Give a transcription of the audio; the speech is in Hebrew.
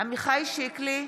עמיחי שיקלי,